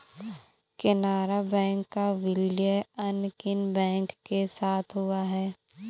Canara bank का विलय अन्य किन बैंक के साथ हुआ है?